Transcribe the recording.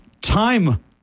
Time